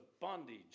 bondage